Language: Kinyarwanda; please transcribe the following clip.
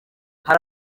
hari